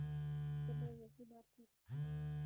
चलो यही बात फिर